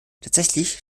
tatsächlich